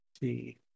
see